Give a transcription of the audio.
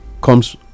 comes